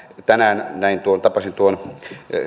tänään tapasin tuon